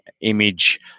image